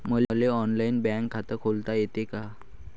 मले online bank खात खोलता येते का?